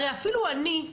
הרי אפילו אני,